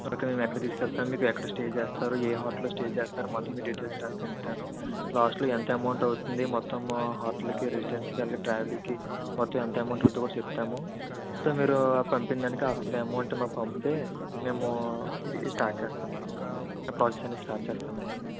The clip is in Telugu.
మేము ఎక్కడికి తీసుకెళ్తున్నాం మీరు ఎక్కడ స్టే చేస్తారు ఏ హోటల్లో స్టే చేస్తారు మొత్తం ఈ డీటెయిల్స్ రాసి పంపుతాను లాస్ట్లో ఎంత అమౌంట్ అవుతుంది మొత్తం హోటల్కి రెసిడెన్సీకి అలాగే ట్రావెలింగ్కి మొత్తం ఎంత అమౌంట్ అవుతుందో కూడా చెప్తాము సో మీరు పంపిన దానికి హాఫ్ ఆఫ్ ద అమౌంట్ మాకు పంపితే మేము ఇది స్టార్ట్ చేస్తాం మేడం ప్రాసెస్ అనేది స్టార్ట్ చేస్తామండి